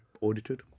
audited